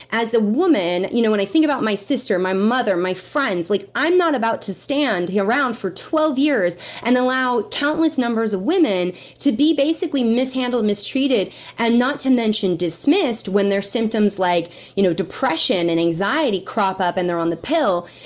as a woman you know when i think about my sister, my mother, my friends, like i'm not about to stand around for twelve years and allow countless numbers of women to be basically mishandled, mistreated and not to mention dismissed when their symptoms like you know depression and anxiety crop up, and they're on the pill.